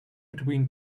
between